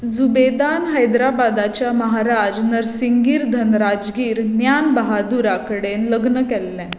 झुबेदान हैदराबादाच्या महाराज नर्सिंगीर धनराजगीर ज्ञान बहादुरा कडेन लग्न केल्लें